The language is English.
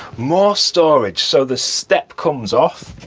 more storage, so the step comes off